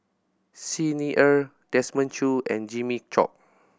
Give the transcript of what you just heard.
Xi Ni Er Desmond Choo and Jimmy Chok